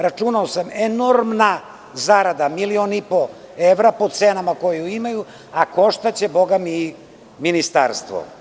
Računao sam – enormna zarada, milion i po evra po cenama koje imaju a koštaće i Ministarstvo.